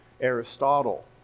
Aristotle